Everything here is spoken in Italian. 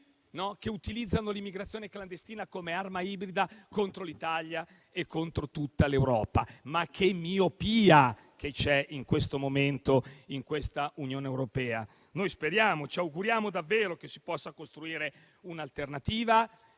che utilizzano l'immigrazione clandestina come arma ibrida contro l'Italia e contro tutta l'Europa. Quanta miopia c'è in questo momento in questa Unione europea? Ci auguriamo davvero che si possa costruire un'alternativa